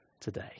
today